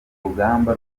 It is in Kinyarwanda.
rugamba